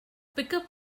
pickup